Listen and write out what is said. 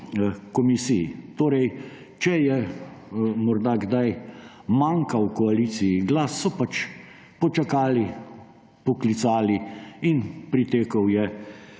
komisiji. Če je morda kdaj manjkal koaliciji glas, so pač počakali, poklicali in pritekel je